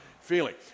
feeling